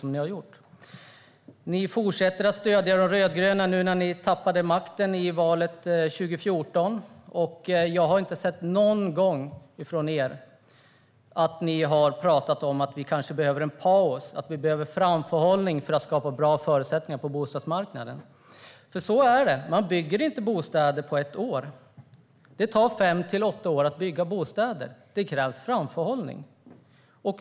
Sedan ni förlorade regeringsmakten i valet 2014 fortsätter ni att stödja de rödgröna. Jag har inte någon gång hört er tala om att vi kanske behöver en paus och framförhållning för att skapa bra förutsättningar på bostadsmarknaden. Det är nämligen på det sättet att man inte bygger bostäder på ett år. Det tar fem till åtta år att bygga bostäder. Det krävs framförhållning.